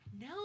No